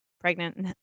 pregnant